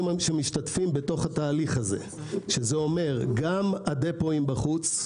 שמשתתפים בתהליך הזה שזה אומר גם הדפואים בחוץ,